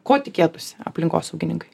ko tikėtųsi aplinkosaugininkai